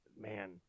man